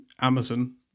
amazon